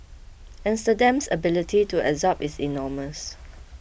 Amsterdam's ability to absorb is enormous